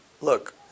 look